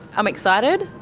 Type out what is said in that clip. i'm excited.